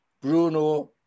Bruno